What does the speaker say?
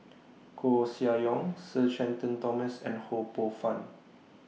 Koeh Sia Yong Sir Shenton Thomas and Ho Poh Fun